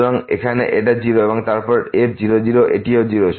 সুতরাং এখানে এটা 0 এবং তারপর f0 0এটিও 0